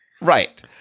Right